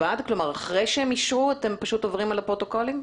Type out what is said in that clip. אחרי שאתם אישרו אתם עוברים על הפרוטוקולים?